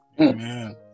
Amen